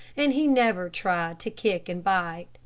and he never tried to kick and bite,